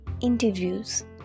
interviews